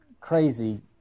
crazy